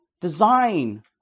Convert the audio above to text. design